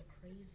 crazy